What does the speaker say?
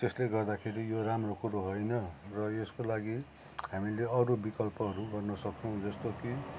त्यसले गर्दाखेरि यो राम्रो कुरो होइन र यसको लागि हामीले अरू विकल्पहरू गर्न सक्छौँ जस्तो कि